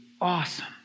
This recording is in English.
Awesome